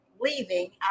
leaving